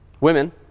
Women